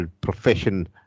profession